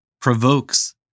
provokes